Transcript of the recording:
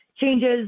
changes